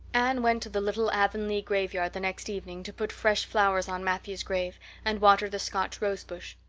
anne went to the little avonlea graveyard the next evening to put fresh flowers on matthew's grave and water the scotch rosebush.